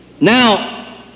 Now